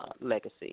legacy